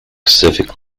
civic